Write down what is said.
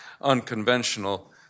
unconventional